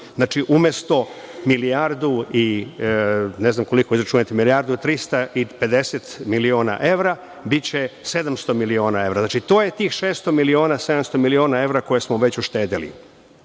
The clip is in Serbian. Znači umesto milijardu i ne znam koliko, izračunajte mi, milijardu i 350 miliona evra biće 700 miliona evra. Znači, to je tih 600 miliona, 700 miliona evra koje smo već uštedeli. Jako